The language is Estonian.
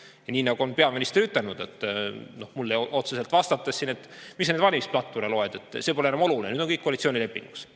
on kõik kirjas. Peaminister on ütelnud mulle otseselt vastates siin, et mis sa neid valimisplatvorme loed, see pole enam oluline, nüüd on kõik koalitsioonilepingus.